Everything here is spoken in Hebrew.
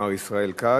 מר ישראל כץ.